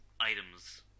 Items